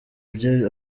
bye